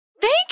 Thank